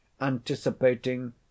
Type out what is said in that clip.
anticipating